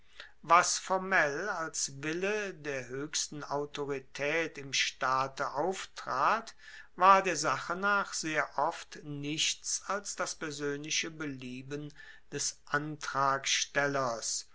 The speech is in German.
was formell als wille der hoechsten autoritaet im staate auftrat war der sache nach sehr oft nichts als das persoenliche belieben des antragstellers